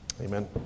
amen